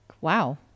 wow